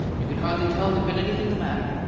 you could hardly tell there'd been anything the matter.